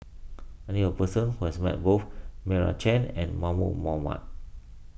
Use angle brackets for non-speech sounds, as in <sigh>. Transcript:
<noise> I knew a person who has met both Meira Chand and Mahmud Ahmad